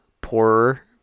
poorer